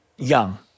young